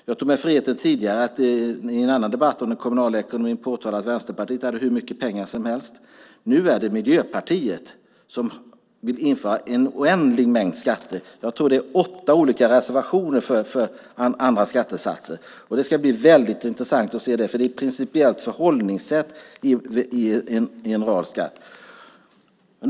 Jag tog mig tidigare friheten att i en debatt om den kommunala ekonomin påtala att Vänsterpartiet hade hur mycket pengar som helst. Nu är det Miljöpartiet som vill införa en oändlig mängd skatter. Jag tror att det är åtta reservationer för andra skattesatser. Det ska bli väldigt intressant att se. Det är ett principiellt förhållningssätt i en rad fall.